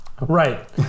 right